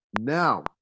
Now